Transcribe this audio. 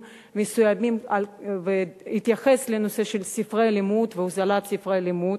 מסוימים והתייחס לנושא של ספרי לימוד והוזלת ספרי לימוד.